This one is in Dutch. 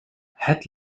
het